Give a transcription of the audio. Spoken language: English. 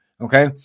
okay